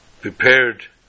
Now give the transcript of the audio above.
prepared